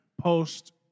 post